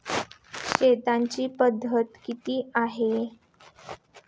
शेतीच्या पद्धती किती आहेत?